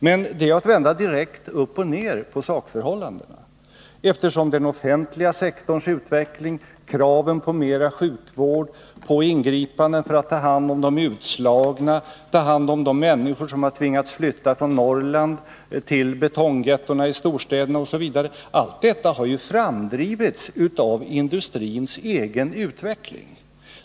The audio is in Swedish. Men det är att vända direkt upp och ner på sakförhållandena, eftersom den offentliga sektorns utveckling, kraven på mera sjukvård och ingripanden för att ta hand om de utslagna, ta hand om de människor som tvingats flytta från Norrland till betonggettona i storstäderna osv. har ju framdrivits av industrins egen utveckling.